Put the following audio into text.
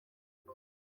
vuba